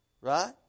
right